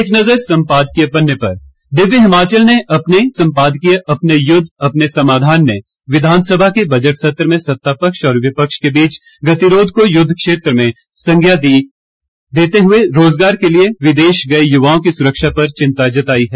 एक नजर संपादकीय पन्ने पर दिव्य हिमाचल ने अपने संपादकीय अपने युद्व अपने समाधान में विधानसभा के बजट सत्र में सतापक्ष और विपक्ष के बीच गतिरोध को युद्वक्षेत्र की संज्ञा देते हुए रोजगार के लिए विदेश गए युवाओं की सुरक्षा पर चिंता जताई है